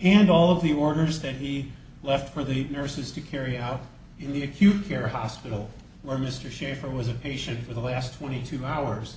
and all of the orders that he left for the nurses to carry out in the acute care hospital where mr share for was a patient for the last twenty two hours